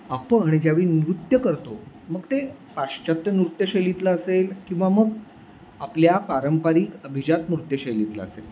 आपण ज्यावेळी नृत्य करतो मग ते पाश्चात्य नृत्यशैलीतलं असेल किंवा मग आपल्या पारंपरिक अभिजात नृत्यशैलीतलं असेल